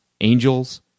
angels